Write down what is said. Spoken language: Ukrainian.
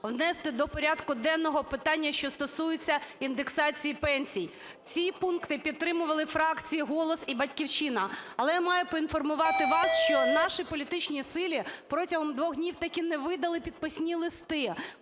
внести до порядку денного питання, що стосуються індексації пенсій. Ці пункти підтримували фракції "Голос" і "Батьківщина". Але я маю поінформувати вас, що нашій політичній силі протягом двох днів так і не видали підписні листи.